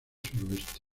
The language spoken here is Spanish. suroeste